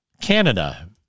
Canada